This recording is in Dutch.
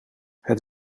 het